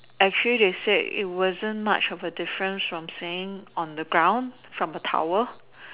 actually they said it wasn't much of a difference from seeing on the ground from the tower